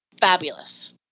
fabulous